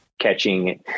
catching